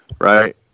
Right